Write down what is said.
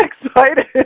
excited